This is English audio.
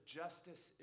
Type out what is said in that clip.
justice